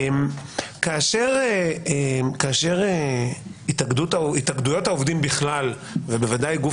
כאשר התאגדויות העובדים בכלל ובוודאי גוף